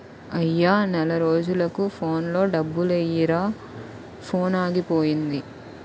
అయ్యా నెల రోజులకు ఫోన్లో డబ్బులెయ్యిరా ఫోనాగిపోయింది